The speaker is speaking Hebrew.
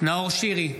נאור שירי,